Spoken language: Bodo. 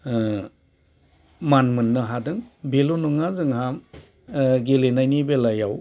मान मोननो हादों बेल' नङा जोंहा गेलेनायनि बेलायाव